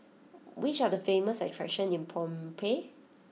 which are the famous attractions in Phnom Penh